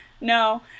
no